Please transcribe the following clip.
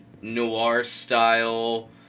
noir-style